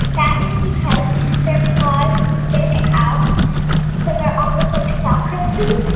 that is because their claws stick out, so they're almost like soccer cleats,